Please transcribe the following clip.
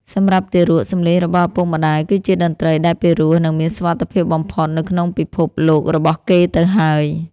សម្រាប់ទារក សំឡេងរបស់ឪពុកម្ដាយគឺជាតន្ត្រីដែលពិរោះ និងមានសុវត្ថិភាពបំផុតនៅក្នុងពិភពលោករបស់គេទៅហើយ